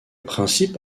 principe